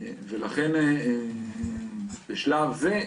ולכן, בשלב זה,